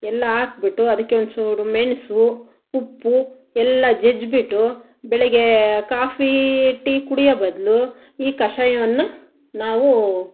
ಎಲ್ಲ ಹಾಕಿಬಿಟ್ಟು ಅದಕ್ಕೆ ಒಂಚೂರು ಮೆಣಸು ಉಪ್ಪು ಎಲ್ಲ ಜಜ್ಜಿಬಿಟ್ಟು ಬೆಳಿಗ್ಗೆ ಕಾಫಿ ಟೀ ಕುಡಿಯೋ ಬದಲು ಈ ಕಷಾಯವನ್ನು ನಾವು